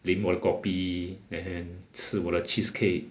lim 我的 kopi and 吃我的 cheesecake